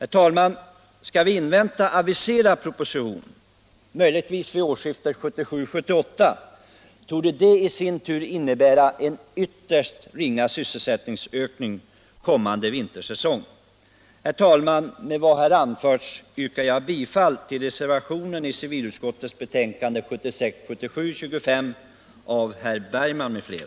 Skall vi invänta aviserad proposition, som möjligtvis kommer vid årsskiftet 1977-1978, torde det i sin tur innebära en ytterst ringa sysselsättningsökning kommande vintersäsong. Herr talman! Med vad här har anförts yrkar jag bifall till reservationen av herr Bergman m.fl. vid civilutskottets betänkande 1976/77:25.